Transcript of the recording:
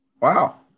Wow